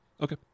Okay